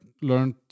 learned